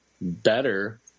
better